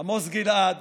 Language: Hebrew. עמוס גלעד